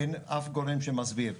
אין אף גורם שמסביר.